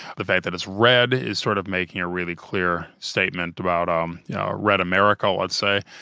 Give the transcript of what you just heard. the fact that it's red is sort of making a really clear statement about um yeah a red america, let's say,